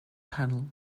panel